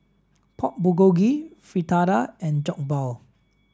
Pork Bulgogi Fritada and Jokbal